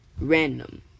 random